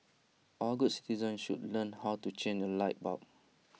all good citizens should learn how to change A light bulb